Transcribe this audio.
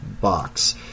box